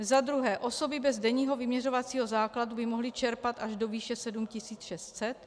Za druhé osoby bez denního vyměřovacího základu by mohly čerpat až do výše 7 600.